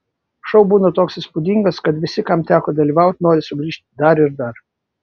šou būna toks įspūdingas kad visi kam teko dalyvauti nori sugrįžti dar ir dar